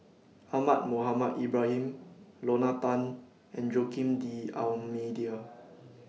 Ahmad Mohamed Ibrahim Lorna Tan and Joaquim D'almeida